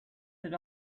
had